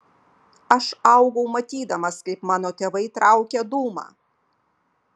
aš augau matydamas kaip mano tėvai traukia dūmą